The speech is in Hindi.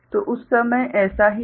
तो उस समय ऐसा ही था